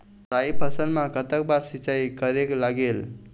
राई फसल मा कतक बार सिचाई करेक लागेल?